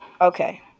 Okay